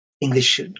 English